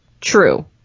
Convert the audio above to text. true